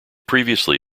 previously